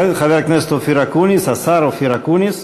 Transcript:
תודה לחבר הכנסת אופיר אקוניס, השר אופיר אקוניס.